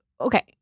okay